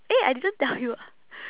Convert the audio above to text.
eh I didn't tell you ah